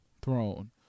Throne